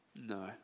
no